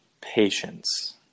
Patience